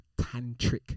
tantric